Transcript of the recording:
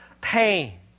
pain